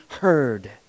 heard